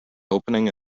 opening